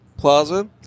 plaza